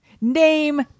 Name